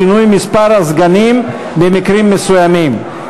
שינוי מספר הסגנים במקרים מסוימים),